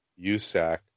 USAC